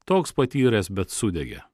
toks patyręs bet sudegė